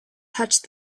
touched